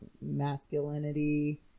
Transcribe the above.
masculinity